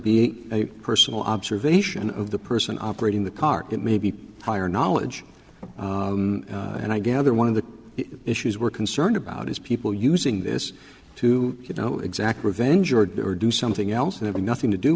be a personal observation of the person operating the car it may be higher knowledge and i gather one of the issues we're concerned about is people using this to you know exact revenge or do or do something else and have nothing to do